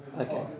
Okay